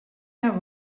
out